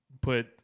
put